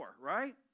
Right